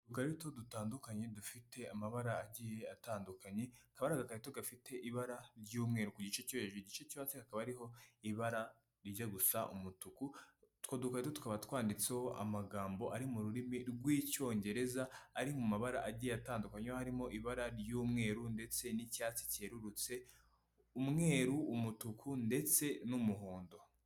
Udukarito dutandukanye dufite amabara agiye atandukanye, hakaba hari agakarito gafite ibara ry'umweru ku gice cyo hejuru, igice cyo hasi hakaba hariho ibara rijya gusa umutuku utwo duga tukaba twanditseho amagambo ari mu rurimi rw'icyongereza, ari mu mabara agiye atandukanye aho harimo ibara ry'umweru ndetse n'icyatsi cyerurutse, umweru, umutuku ndetse n'umuhondo.